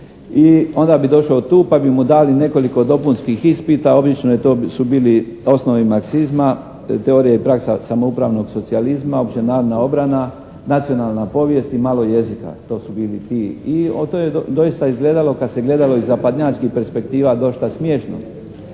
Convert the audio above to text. i onda bi došao tu pa bi mu dali nekoliko dopunskih ispita. Obično su to bili osnove marksizma, teorija i praksa samoupravnog socijalizma, opće narodna obrana, nacionalna povijest i malo jezika. To su bili ti i to je doista izgledalo kad se gledalo iz zapadnjačkih perspektiva dosta smiješno.